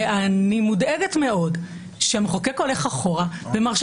ואני מודאגת מאוד שהמחוקק הולך אחורה ומרשה